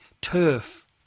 turf